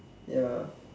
ya